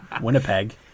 Winnipeg